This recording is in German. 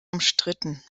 umstritten